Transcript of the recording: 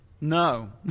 No